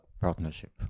partnership